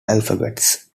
alphabets